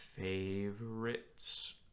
favorites